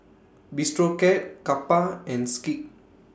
Bistro Cat Kappa and Schick